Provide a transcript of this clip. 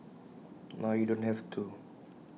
now you don't have to